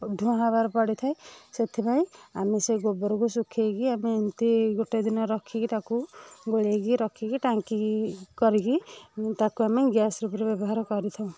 ଧୂଆଁ ଭାବରେ ପଡ଼ିଥାଏ ସେଥିପାଇଁ ଆମେ ସେ ଗୋବରକୁ ଶୁଖାଇକି ଆମେ ଏମିତି ଗୋଟେ ଦିନ ରଖିକି ତାକୁ ଗୋଳେଇକି ରଖିକି ଟାଙ୍କିକି କରିକି ତାକୁ ଆମେ ଗ୍ୟାସ ରୂପରେ ବ୍ୟବହାର କରିଥାଉ